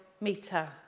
meter